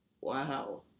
Wow